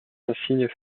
insignes